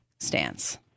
Stance